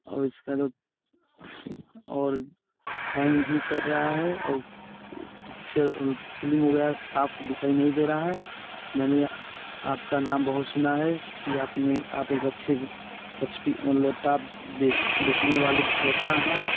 और इसका जो और हैंग भी कर रहा है और पिच्चर फिलिम वग़ैरह साफ़ दिखाई नहीं दे रहा है मैंने आप का नाम बहुत सुना है कि आप ने आप एक अच्छे एच पी वो लेपटाप बेच बेचने वाले विक्रेता हैं